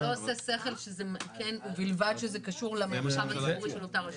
זה לא עושה שכל "ובלבד שזה קשור למרחב הציבורי של אותה רשות"?